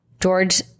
George